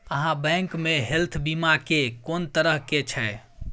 आहाँ बैंक मे हेल्थ बीमा के कोन तरह के छै?